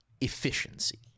efficiency